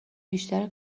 بیشتر